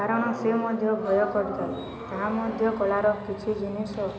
କାରଣ ସେ ମଧ୍ୟ ଭୟ କରିଥାଏ ତାହା ମଧ୍ୟ କଳାର କିଛି ଜିନିଷ